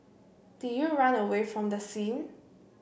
did you run away from the scene